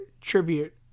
tribute